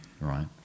right